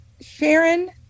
Sharon